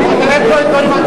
תודה.